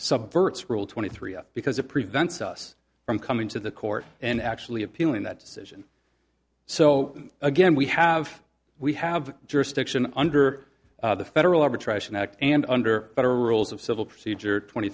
subverts rule twenty three because it prevents us from coming to the court and actually appealing that decision so so again we have we have jurisdiction under the federal arbitration act and under federal rules of civil procedure twenty